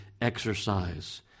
exercise